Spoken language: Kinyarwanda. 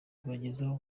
kubagezaho